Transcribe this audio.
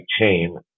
chain